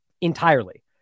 entirely